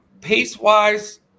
Pace-wise